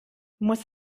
muss